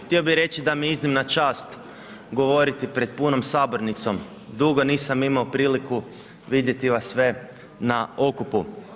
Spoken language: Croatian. Htio bi reći da mi je iznimna čast govoriti pred punom Sabornicom, dugo nisam imao priliku vidjeti vas sve na okupu.